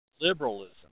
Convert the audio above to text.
liberalism